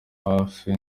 hafi